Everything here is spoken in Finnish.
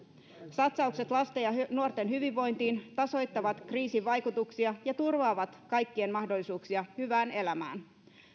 satsaukset lasten ja nuorten hyvinvointiin tasoittavat kriisin vaikutuksia ja turvaavat kaikkien mahdollisuuksia hyvään elämään